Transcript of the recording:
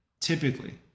Typically